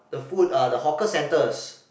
the food uh the hawker centres